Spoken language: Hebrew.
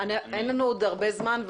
יש לנו את איתי טמקין?